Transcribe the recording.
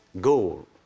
goal